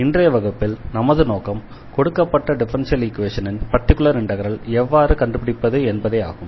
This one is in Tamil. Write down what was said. இன்றைய வகுப்பில் நமது நோக்கம் கொடுக்கப்பட்ட டிஃபரன்ஷியல் ஈக்வேஷனின் பர்டிகுலர் இண்டெக்ரல் எவ்வாறு கண்டுபிடிப்பது என்பதே ஆகும்